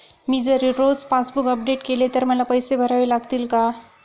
मी जर रोज passbook update केले तर मला पैसे भरावे लागतील का?